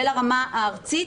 של הרמה הארצית,